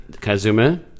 Kazuma